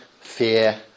fear